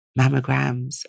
mammograms